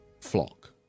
flock